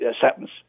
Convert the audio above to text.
sentence